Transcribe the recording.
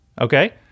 okay